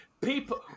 people